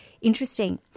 interesting